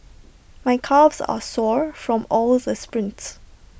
my calves are sore from all the sprints